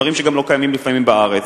דברים שגם לא קיימים לפעמים בארץ.